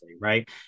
right